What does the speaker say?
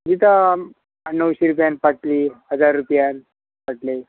दिता णवशीं रुपयान पाटली हजार रुपयान पाटली